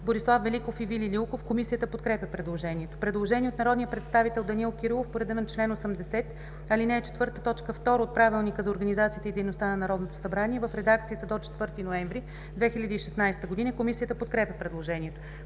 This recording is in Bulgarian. Борислав Великов и Вили Лилков. Комисията подкрепя предложението. Предложение от народния представител Данаил Кирилов по реда на чл. 80, ал. 4, т. 2 от Правилника за организацията и дейността на Народното събрание в редакцията до 4 ноември 2016 г. Комисията подкрепя предложението.